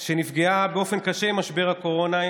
שנפגעה באופן קשה עם משבר הקורונה,